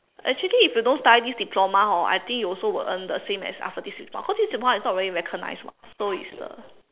actually if you don't study this diploma hor I think you also will earn the same as us with this diploma cause this diploma is not very recognized [what] so it's a